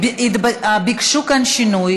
ביקשו כאן אישור,